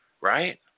right